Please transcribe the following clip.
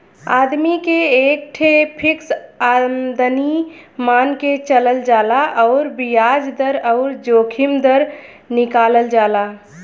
आदमी के एक ठे फ़िक्स आमदमी मान के चलल जाला अउर बियाज दर अउर जोखिम दर निकालल जाला